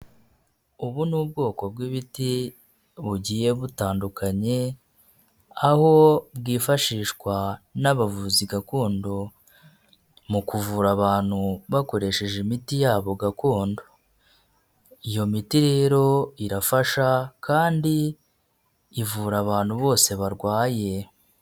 Ubu ni ubwoko bw'biti bugiye butandukanye aho bwifashishwa n'abavuzi gakondo mu kuvura abantu bakoresheje imiti yabo gakondo iyo miti rero irafasha kandi ivura abantu bose barwaye.